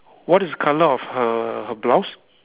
what is the colour of her blouse